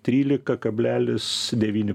trylika kablelis devyni